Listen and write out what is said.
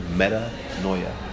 metanoia